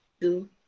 two